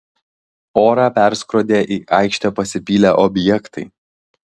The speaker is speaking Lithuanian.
orą perskrodė į aikštę pasipylę objektai